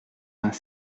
vingt